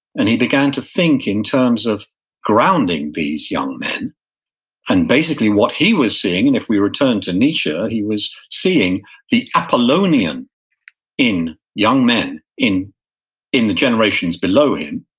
and he began to think in terms of grounding these young men and basically what he was seeing, and if we return to nietzsche, he was seeing the apollonian in young men in in the generations below him,